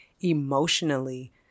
emotionally